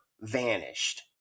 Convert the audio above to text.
vanished